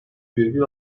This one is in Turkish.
virgül